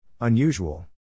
Unusual